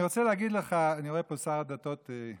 אני רוצה להגיד לך, אני רואה פה את שר הדתות כהנא,